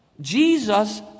Jesus